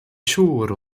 siŵr